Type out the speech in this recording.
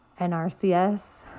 NRCS